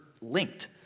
linked